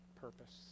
purpose